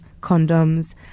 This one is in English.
condoms